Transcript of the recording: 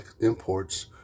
imports